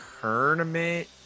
tournament